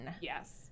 Yes